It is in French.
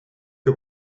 que